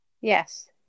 Yes